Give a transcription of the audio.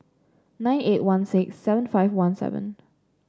nine eight one six seven five one seven